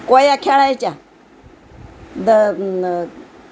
कोया खेळायच्या द